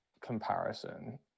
comparison